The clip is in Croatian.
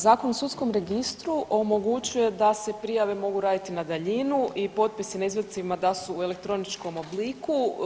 Zakon o sudskom registru omogućuje da se prijave mogu raditi na daljinu i potpisi na izvadcima da su u elektroničkom obliku.